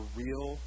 real